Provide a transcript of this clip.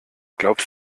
glaubst